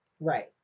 Right